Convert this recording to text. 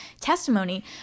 testimony